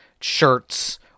shirts